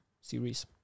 series